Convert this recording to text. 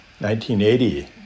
1980